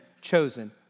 chosen